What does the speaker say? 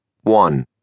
One